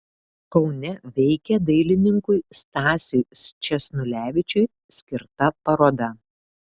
kaune veikia dailininkui stasiui sčesnulevičiui skirta paroda